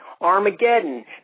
Armageddon